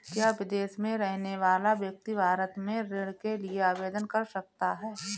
क्या विदेश में रहने वाला व्यक्ति भारत में ऋण के लिए आवेदन कर सकता है?